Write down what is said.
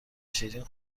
شیرین